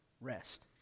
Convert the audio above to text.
rest